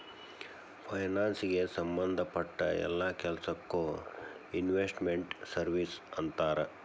ಫೈನಾನ್ಸಿಗೆ ಸಂಭದ್ ಪಟ್ಟ್ ಯೆಲ್ಲಾ ಕೆಲ್ಸಕ್ಕೊ ಇನ್ವೆಸ್ಟ್ ಮೆಂಟ್ ಸರ್ವೇಸ್ ಅಂತಾರ